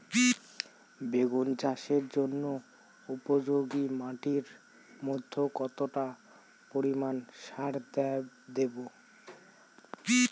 বেগুন চাষের জন্য উপযোগী মাটির মধ্যে কতটা পরিমান সার দেব?